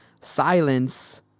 Silence